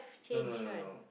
no no no no